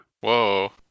Whoa